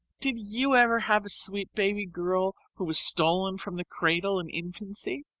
did you ever have a sweet baby girl who was stolen from the cradle in infancy?